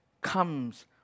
comes